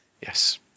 Yes